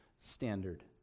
standard